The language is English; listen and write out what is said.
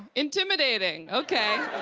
intimidating, okay.